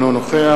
אינו נוכח